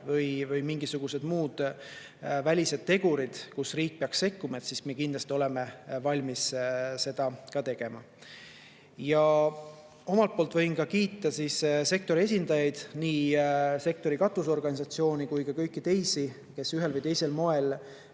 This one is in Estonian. mingisugused muud välised tegurid, mille puhul riik peaks sekkuma, siis me kindlasti oleme valmis seda ka tegema. Ja omalt poolt võin kiita sektori esindajaid, nii sektori katusorganisatsioone kui ka kõiki teisi, kes ühel või teisel moel